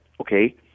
okay